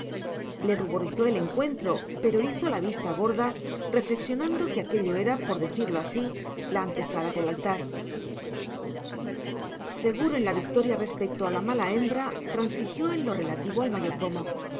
le ruborizó el encuentro pero hizo la vista gorda reflexionando que aquello era por decirlo así la antesala del altar seguro de la victoria respecto a la mala hembra transigió en lo relativo al mayordomo